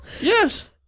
yes